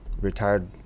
retired